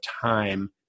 time